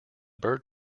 bird